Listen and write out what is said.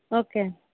okay